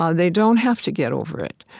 ah they don't have to get over it.